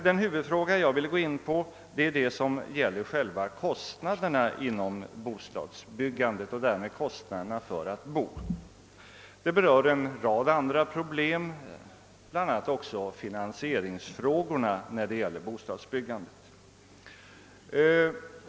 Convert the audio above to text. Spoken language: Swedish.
Den huvudfråga jag vill gå in på är emellertid dewu som gäller själva kostnaderna inom bostadsbyggandet och därmed kostnaderna för att bo. Den berör även en rad andra problem, bl.a. finan sieringsfrågorna i samband med bostadsbyggandet.